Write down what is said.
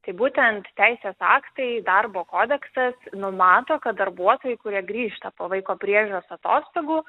tai būtent teisės aktai darbo kodeksas numato kad darbuotojai kurie grįžta po vaiko priežiūros atostogų